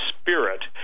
spirit